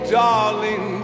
darling